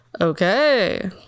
Okay